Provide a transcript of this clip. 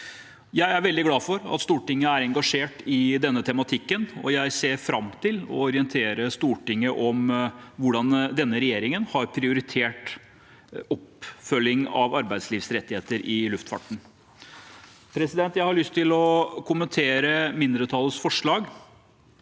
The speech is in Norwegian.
Jeg er veldig glad for at Stortinget er engasjert i denne tematikken, og jeg ser fram til å orientere Stortinget om hvordan denne regjeringen har prioritert oppfølging av arbeidslivsrettigheter i luftfarten. Jeg har lyst til å kommentere mindretallets forslag,